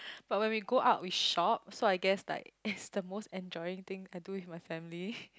but when we go out we shop so I guess like it's the most enjoying thing I do with my family